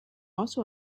also